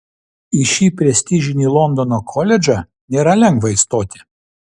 į šį prestižinį londono koledžą nėra lengva įstoti